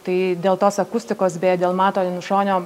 tai dėl tos akustikos beje dėl mato janušonio